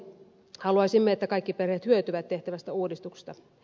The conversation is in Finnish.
haluaisimme että kaikki perheet hyötyvät tehtävästä uudistuksesta